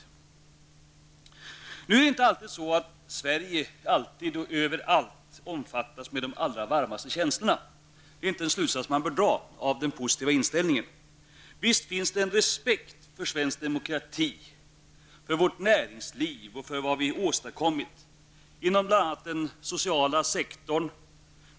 Det är inte så att Sverige alltid och överallt omfattas med de allra varmaste känslor. Det är inte en slutsats man bör dra av den positiva inställningen. Visst finns det en respekt för svensk demokrati, för vårt näringsliv och för vad vi har åstadkommit inom bl.a. den sociala sektorn.